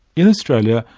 in australia,